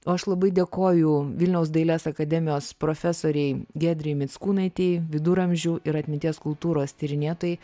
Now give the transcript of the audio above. o aš labai dėkoju vilniaus dailės akademijos profesorei giedrei mickūnaitei viduramžių ir atminties kultūros tyrinėtojai